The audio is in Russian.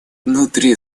внутри